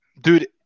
Dude